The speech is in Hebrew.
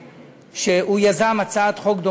הוא יזם הצעת חוק ממשלתית,